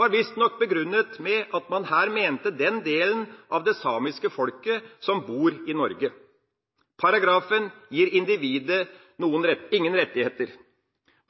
var visstnok begrunnet med at man her mente den delen av det samiske folket som bor i Norge. Paragrafen gir ikke individet noen rettigheter.